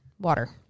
water